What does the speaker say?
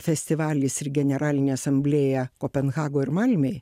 festivalis ir generalinė asamblėja kopenhagoj ir malmėj